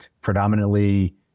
Predominantly